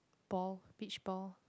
ball pitch ball